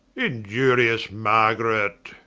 iniurious margaret